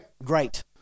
Great